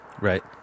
right